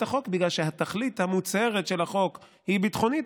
החוק בגלל שהתכלית המוצהרת של החוק היא ביטחונית,